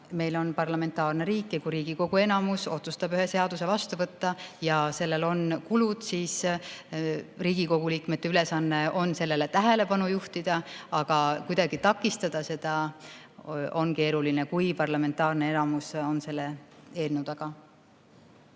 meil on parlamentaarne riik ja kui Riigikogu enamus otsustab ühe seaduse vastu võtta ja sellel on kulud, siis Riigikogu liikmete ülesanne on sellele tähelepanu juhtida. Aga kuidagi takistada seda on keeruline, kui parlamentaarne enamus on selle eelnõu taga.